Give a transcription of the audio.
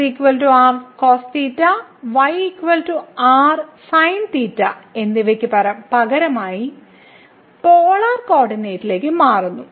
x r cosθ y r sinθ എന്നിവയ്ക്ക് പകരമായി polar കോർഡിനേറ്റിലേക്ക് മാറുന്നു